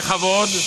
בכבוד,